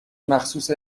مخصوص